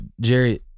Jerry